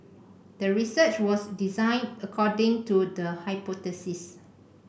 the research was designed according to the hypothesis